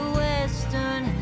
western